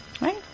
Right